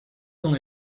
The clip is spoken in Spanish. con